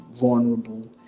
vulnerable